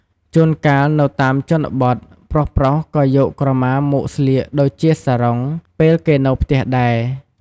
ជួនកាល នៅតាមជនបទ ប្រុសៗក៏យកក្រមាមកស្លៀកដូចជាសារ៉ុង ពេលគេនៅផ្ទះដែរ។